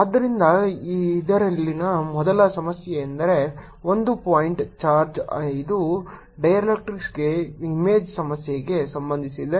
ಆದ್ದರಿಂದ ಇದರಲ್ಲಿನ ಮೊದಲ ಸಮಸ್ಯೆಯೆಂದರೆ ಒಂದು ಪಾಯಿಂಟ್ ಚಾರ್ಜ್ ಇದು ಡೈಎಲೆಕ್ಟ್ರಿಕ್ಸ್ಗೆ ಇಮೇಜ್ ಸಮಸ್ಯೆಗೆ ಸಂಬಂಧಿಸಿದೆ